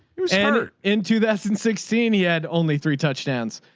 he was and into this and sixteen. he had only three touchdowns.